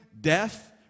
death